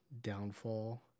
downfall